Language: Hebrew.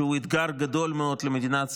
שהוא אתגר גדול מאוד למדינת ישראל.